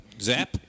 Zap